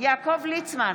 יעקב ליצמן,